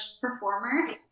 performer